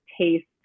taste